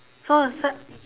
so I said